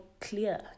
clear